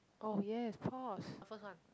oh yes pause the first one